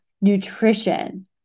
Nutrition